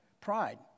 Pride